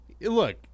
look